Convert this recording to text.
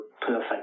perfect